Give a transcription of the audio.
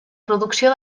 producció